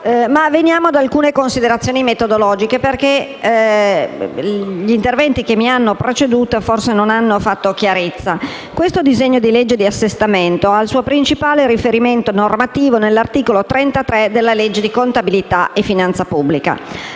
Veniamo ora ad alcune considerazioni metodologiche, perché gli interventi che mi hanno preceduto non hanno forse fatto chiarezza. Il disegno di legge di assestamento in esame ha il suo principale riferimento normativo nell'articolo 33 della legge di contabilità e finanza pubblica.